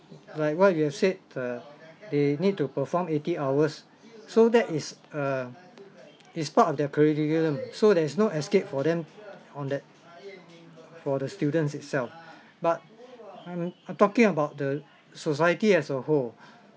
like what you've said uh they need to perform eighty hours so that is err is part of their curriculum so there is no escape for them on that for the students itself but I'm I'm talking about the society as a whole